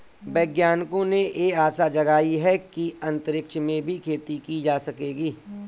वैज्ञानिकों ने यह आशा जगाई है कि अंतरिक्ष में भी खेती की जा सकेगी